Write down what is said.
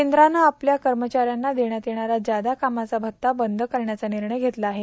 केंद्रान आपल्या कर्मचाऱ्यांना देण्यात येणारा ज्यादा कामाचा भत्ता बंद करण्याचा निर्णय घेतला आहे